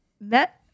met